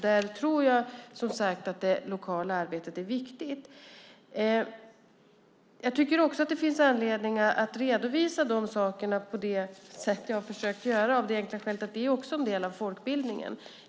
Där tror jag, som sagt, att det lokala arbetet är viktigt. Det finns anledning att redovisa detta på det sätt som jag försökt göra av det enkla skälet att det också är en del av folkbildningen.